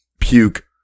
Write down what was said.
puke